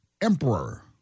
emperor